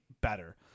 better